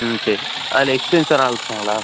ம் சரி அதில் எக்ஸ்பிரியன்ஸான ஆள் இருப்பாங்களா